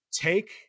take